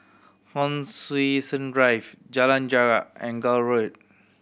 Hon Sui Sen Drive Jalan Jarak and Gul Road